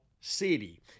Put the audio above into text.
city